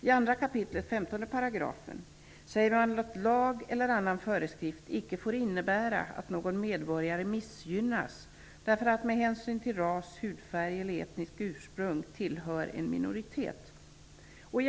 I 2 kap. 15 § sägs att lag eller annan föreskrift inte får innebära att någon medborgare missgynnas därför att han med hänsyn till ras, hudfärg eller etniskt ursprung tillhör en minoritet.